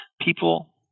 people